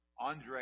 Andre